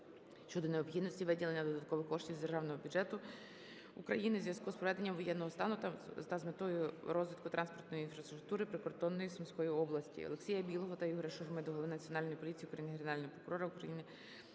щодо необхідності виділення додаткових коштів з Державного бюджету України у зв'язку з введенням воєнного стану та з метою розвитку транспортної інфраструктури прикордонної Сумської області. Олексія Білого та Ігоря Шурми до Голови Національної поліції України, Генерального прокурора України